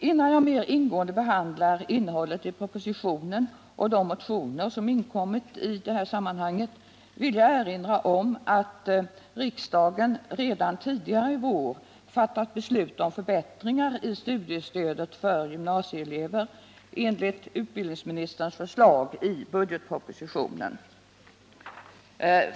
Innan jag mer ingående behandlar innehållet i propositionen och de motioner som väckts i detta sammanhang, vill jag erinra om att riksdagen redan tidigare i vår fattat beslut om förbättringar i studiestödet för gymnasieelever enligt utbildningsministerns förslag i budgetpropositionen.